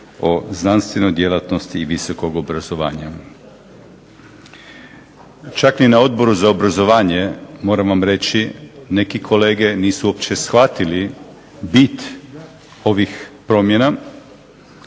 o znanstvenoj djelatnosti i visokog obrazovanja. Čak ni na Odboru za obrazovanje moram vam reći neki kolege nisu uopće shvatili bit ovih promjena.